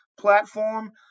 platform